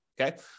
okay